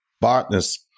partners